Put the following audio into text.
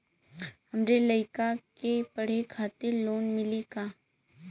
हमरे लयिका के पढ़े खातिर लोन मिलि का?